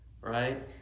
Right